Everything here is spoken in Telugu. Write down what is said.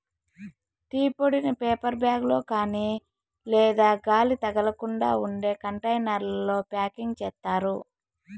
టీ పొడిని పేపర్ బ్యాగ్ లో కాని లేదా గాలి తగలకుండా ఉండే కంటైనర్లలో ప్యాకింగ్ చేత్తారు